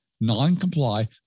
non-comply